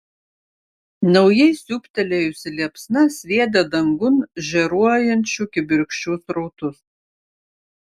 naujai siūbtelėjusi liepsna sviedė dangun žėruojančių kibirkščių srautus